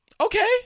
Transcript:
Okay